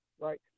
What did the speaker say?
right